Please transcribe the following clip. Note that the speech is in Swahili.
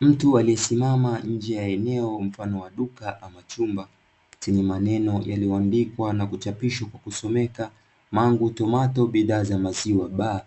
Mtu aliyesimama nje ya eneo mfano wa duka ama chumba, chenye maneno yalioandikwa na kuchapishwa kwa kwa kusomeka Mango tomato bidhaa za maziwa baa,